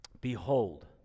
behold